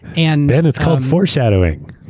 and ben, it's called foreshadowing.